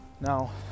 now